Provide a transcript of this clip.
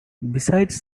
besides